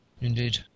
Indeed